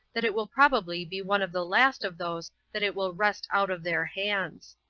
that it will probably be one of the last of those that it will wrest out of their hands.